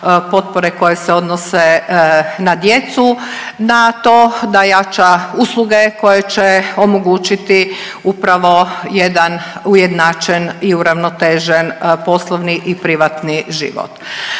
koje se odnose na djecu, na to da jača usluge koje će omogućiti upravo jedan ujednačen i uravnotežen poslovni i privatni život.